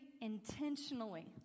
intentionally